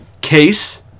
case